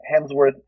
hemsworth